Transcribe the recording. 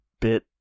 bit